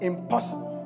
Impossible